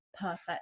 Perfect